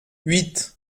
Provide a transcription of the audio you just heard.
huit